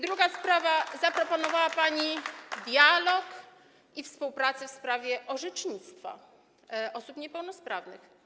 Druga sprawa, zaproponowała pani dialog i współpracę w sprawie orzecznictwa dotyczącego osób niepełnosprawnych.